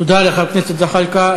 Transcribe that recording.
תודה לחבר הכנסת זחאלקה.